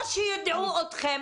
או שיידעו אתכם